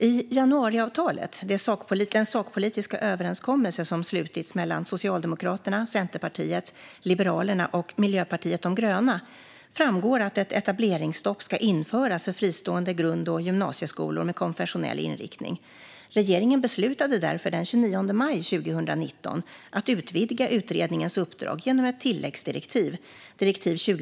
I januariavtalet, den sakpolitiska överenskommelse som slutits mellan Socialdemokraterna, Centerpartiet, Liberalerna och Miljöpartiet de gröna, framgår att ett etableringsstopp ska införas för fristående grund och gymnasieskolor med konfessionell inriktning. Regeringen beslutade därför den 29 maj 2019 att utvidga utredningens uppdrag genom ett tilläggsdirektiv .